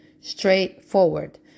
straightforward